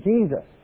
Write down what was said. Jesus